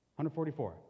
144